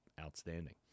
outstanding